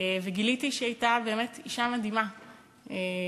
וגיליתי באמת שהיא הייתה אישה מדהימה שקיבלה,